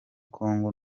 congo